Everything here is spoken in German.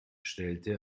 stellte